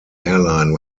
airline